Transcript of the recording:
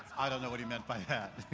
i don't know what he meant by that.